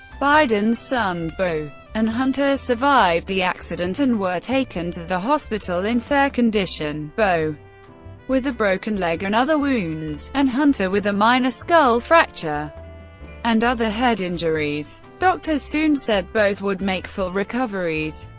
biden's sons beau and hunter survived the accident and were taken to the hospital in fair condition, beau with a broken leg and other wounds, and hunter with a minor skull fracture and other head injuries. doctors soon said both would make full recoveries.